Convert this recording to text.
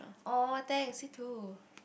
!aw! thanks you too